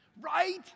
Right